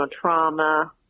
trauma